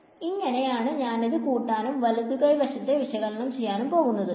ഇങ്ങനെ ആണ് ഞാനിത് കൂട്ടാനും വലതു കൈ വശത്തെ വിശകലനം ചെയ്യാനും പോകുന്നത്